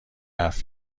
حرف